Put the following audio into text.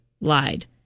Lied